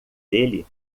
dele